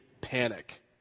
panic